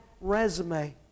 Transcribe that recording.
resume